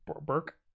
Burke